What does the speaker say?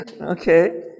Okay